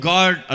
God